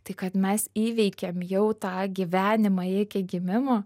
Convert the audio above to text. tai kad mes įveikėm jau tą gyvenimą iki gimimo